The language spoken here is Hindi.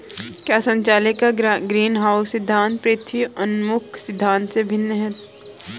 क्या संचालन का ग्रीनहाउस सिद्धांत पृथ्वी उन्मुख सिद्धांत से भिन्न है?